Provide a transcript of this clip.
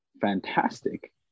fantastic